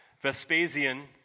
Vespasian